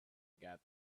got